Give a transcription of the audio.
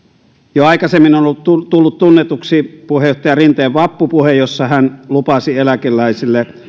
jo aikaisemmin on tullut tullut tunnetuksi puheenjohtaja rinteen vappupuhe jossa hän lupasi eläkeläisille